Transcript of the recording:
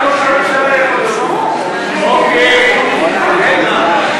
רק ראש הממשלה יכול, אדוני היושב-ראש,